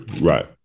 Right